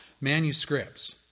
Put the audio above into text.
manuscripts